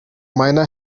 miner